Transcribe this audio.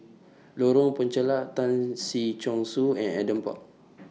Lorong Penchalak Tan Si Chong Su and Adam Park